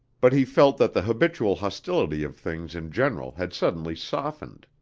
but he felt that the habitual hostility of things in general had suddenly softened.